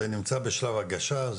זה נמצא בשלב הגשה?